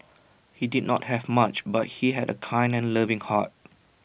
he did not have much but he had A kind and loving heart